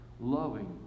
loving